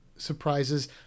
surprises